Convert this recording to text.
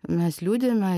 mes liūdime